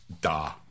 da